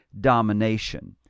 domination